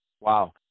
Wow